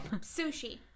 sushi